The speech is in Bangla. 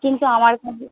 কিন্তু আমার কাজে